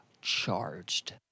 charged